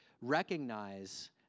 recognize